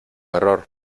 error